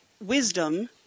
wisdom